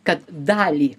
kad dalį